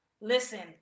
Listen